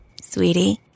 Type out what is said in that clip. Sweetie